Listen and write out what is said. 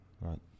Right